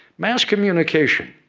mass communication,